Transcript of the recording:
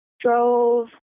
drove